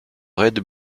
red